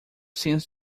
seems